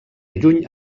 lluny